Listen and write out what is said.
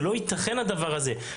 זה לא יתכן הדבר הזה.